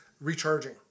recharging